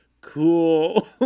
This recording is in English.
cool